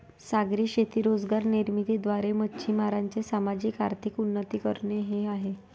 सागरी शेती रोजगार निर्मिती द्वारे, मच्छीमारांचे सामाजिक, आर्थिक उन्नती करणे हे आहे